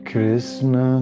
Krishna